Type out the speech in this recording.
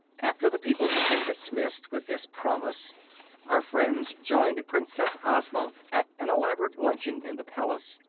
after the people had been dismissed with this promise our friends joined princess ozma at an elaborate luncheon in the palace,